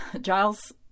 Giles